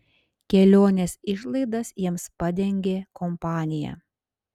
kelionės išlaidas jiems padengė kompanija